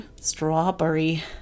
strawberry